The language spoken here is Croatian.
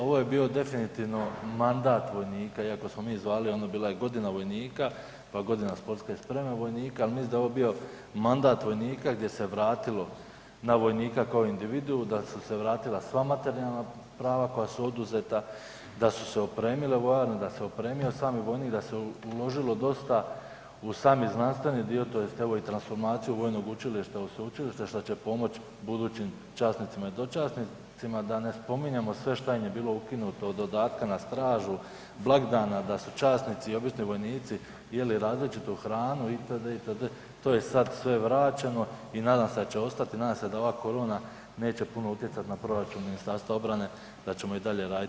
Ovo je bio definitivno mandat vojnika iako smo mi zvali ono bila je godina vojnika, pa godina sportske spreme vojnika, al mislim da je ovo bio mandat vojnika gdje se vratilo na vojnika kao individuu da su se vratila sva materijalna prava koja su oduzeta, da su se opremile vojarne, da se opremio sami vojnik, da se uložilo dosta u sami znanstveni dio tj. evo i transformaciju vojnog učilišta i sveučilišta što će pomoć budućim časnicima i dočasnicima, da ne spominjemo šta im je bilo ukinuto od dodatka na stražu, blagdana, da su časnici i obični vojnici jeli različitu hranu itd., itd., to je sad sve vraćeno i nadam se da će ostati, nadam se da ova korona neće puno utjecat na proračun Ministarstva obrane, da ćemo i dalje radit i unapređivat.